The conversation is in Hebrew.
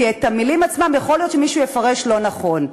כי את המילים עצמן יכול להיות שמישהו יפרש לא נכון.